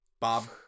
Bob